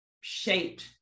shaped